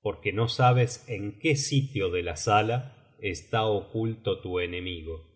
porque no sabes en qué sitio de la sala está oculto tu enemigo